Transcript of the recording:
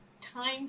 time